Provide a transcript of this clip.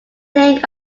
think